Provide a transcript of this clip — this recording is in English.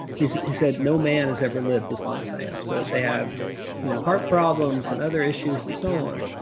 he said, no man has ever lived as long as i am. so, they have you know heart problems and other issues and so on.